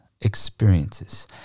experiences